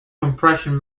compression